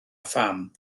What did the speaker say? pham